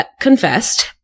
confessed